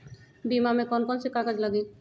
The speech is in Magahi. बीमा में कौन कौन से कागज लगी?